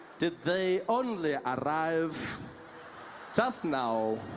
did they only arrive just now